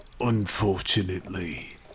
unfortunately